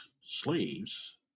slaves